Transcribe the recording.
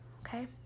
okay